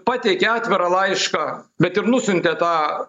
pateikė atvirą laišką bet ir nusiuntė tą